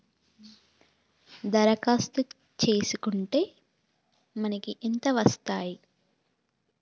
దరఖాస్తు చేస్కుంటే మనకి ఎంత వస్తాయి?